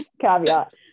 caveat